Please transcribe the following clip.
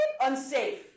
unsafe